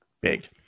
Big